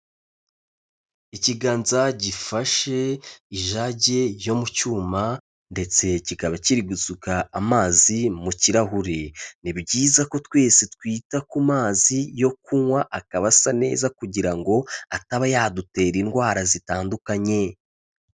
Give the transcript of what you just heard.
Ikiganza gifashe ijage yo mu cyuma, ndetse kikaba kiri gusuka amazi mu kirahure, ni byiza ko twese twita ku mazi yo kunywa akaba asa neza kugira ngo ataba yadutera indwara zitandukanye.